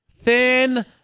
Thin